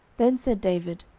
then said david,